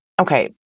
Okay